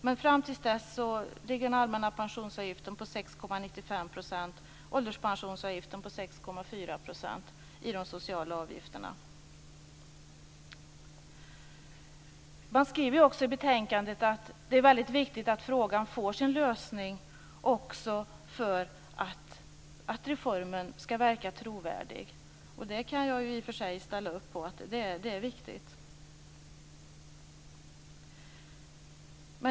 Men fram till dess ligger den allmänna pensionsavgiften på Man skriver också i betänkandet att det är väldigt viktigt att frågan får sin lösning för att reformen skall verka trovärdig. Det kan jag i och för sig ställa upp på. Det är viktigt.